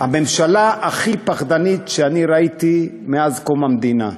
הממשלה הכי פחדנית שראיתי מאז קום המדינה,